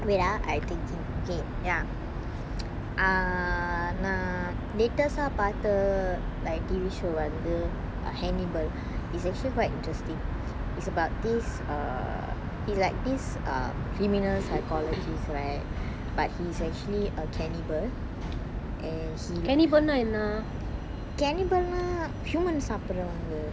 wait ah I thinking okay ya err நான்:naan latest ah பாத்த:pattha like T_V show வந்து:vanthu hannibal is actually quite interesting it's about this err he's like this criminal psychologist right but he is actually a cannibal and he cannibal னா:na human சாபுர்ரவங்க:sappurravanga